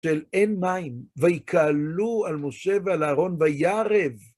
של אין מים. ויקהלו על משה ועל אהרון, וירב